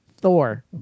Thor